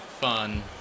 fun